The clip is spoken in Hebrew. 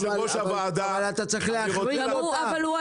אבל אתה צריך להחריג גם אותה.